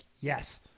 yes